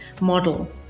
model